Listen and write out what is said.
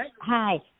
Hi